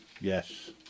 Yes